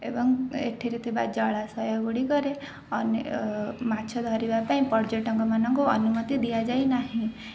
ଏବଂ ଏଥିରେ ଥିବା ଜଳାଶୟ ଗୁଡ଼ିକରେ ଅନେ ମାଛ ଧରିବା ପାଇଁ ପର୍ଯ୍ୟଟକମାନଙ୍କୁ ଅନୁମତି ଦିଆଯାଇ ନାହିଁ